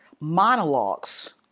monologues